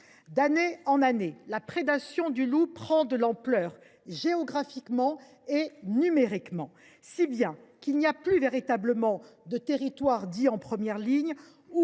D’année en année, la prédation du loup prend de l’ampleur géographiquement et numériquement, si bien qu’il n’existe plus véritablement ni territoires en première ligne